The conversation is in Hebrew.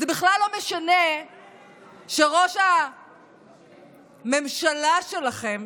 זה בכלל לא משנה שראש הממשלה שלכם